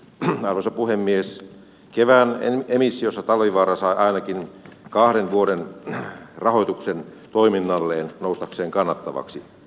edelleen arvoisa puhemies kevään emissiossa talvivaara sai ainakin kahden vuoden rahoituksen toiminnalleen noustakseen kannattavaksi